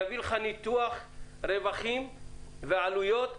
הוא יביא לך ניתוח רווחים ועלויות.